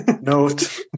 Note